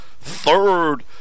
third